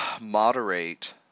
moderate